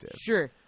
Sure